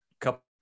couple